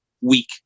week